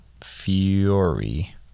Fury